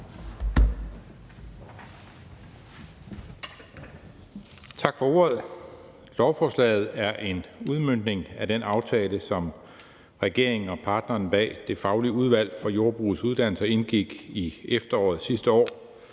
Tak for ordet. Lovforslaget er en udmøntning af den aftale, som regeringen og parterne bag Det faglige udvalg for Jordbrugets Uddannelser indgik i efteråret sidste år.